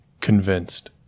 convinced